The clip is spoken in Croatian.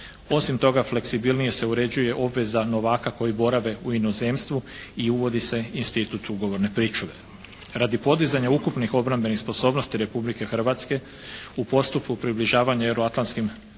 Osim toga, fleksibilnije se uređuje obveza novaka koji borave u inozemstvu i uvodi se institut ugovorne pričuve. Radi podizanja ukupnih obrambenih sposobnosti Republike Hrvatske u postupku približavanja euroatlantskim